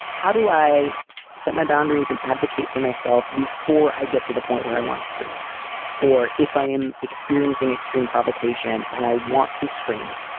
how do i set my boundaries and advocate for myself before i get to the point where i want to scream or if i am experiencing extreme provocation and i want to scream?